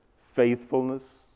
faithfulness